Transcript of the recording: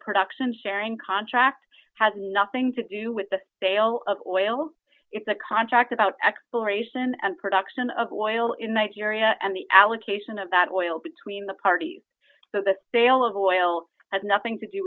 production sharing contract has nothing to do with the sale of oil it's a contract about exploration and production of oil in nigeria and the allocation of that oil between the parties so the sale of oil has nothing to do